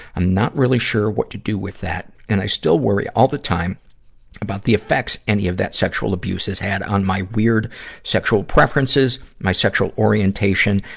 i'm not really sure what to do with that. and i still worry all the time about the effects any of that sexual abuse has had on my weird sexual preferences, my sexual orientation,